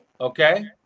Okay